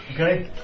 Okay